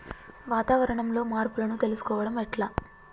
వాతావరణంలో మార్పులను తెలుసుకోవడం ఎట్ల?